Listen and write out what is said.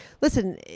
listen